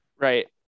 Right